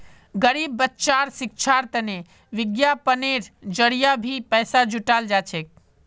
गरीब बच्चार शिक्षार तने विज्ञापनेर जरिये भी पैसा जुटाल जा छेक